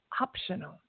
optional